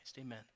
Amen